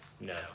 No